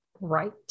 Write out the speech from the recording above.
right